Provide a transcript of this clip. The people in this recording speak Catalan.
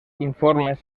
informes